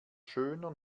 schöner